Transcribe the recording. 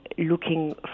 looking